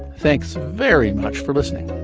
thanks very much for listening.